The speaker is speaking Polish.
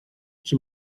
czy